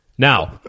Now